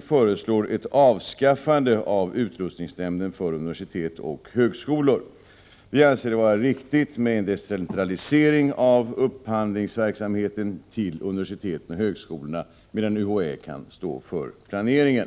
föreslås ett avskaffande av utrustningsnämnden för universitet och högskolor. Vi anser det vara riktigt med decentralisering av upphandlingsverksamheten vid universitet och högskolor, medan UHÄ kan stå för planeringen.